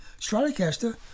Stratocaster